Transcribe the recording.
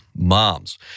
moms